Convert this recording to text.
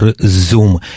Zoom